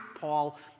Paul